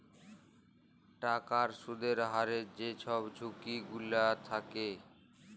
টাকার সুদের হারের যে ছব ঝুঁকি গিলা থ্যাকে